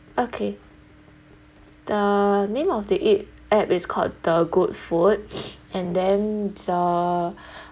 okay the name of the eight app is called the good food and then the